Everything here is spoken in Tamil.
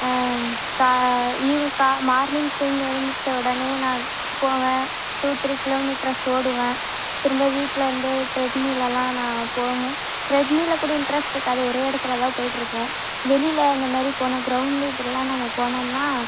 மார்னிங் தூங்கி எழுந்திருச்ச உடனே நான் போவேன் டூ த்ரீ கிலோ மீட்டர்ஸ் ஓடுவேன் திரும்ப வீட்டில் வந்து ட்ரெட்மிலெலாம் நான் போவேன் ட்ரெட்மில் கூட இன்ட்ரெஸ்ட் இருக்காது ஒரே இடத்துல தான் போயிட்டுருக்கும் வெளியில் இந்த மாதிரி போனால் கிரவுண்டுலையும் இப்படிலாம் நம்ம போனோம்னால்